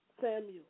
Samuel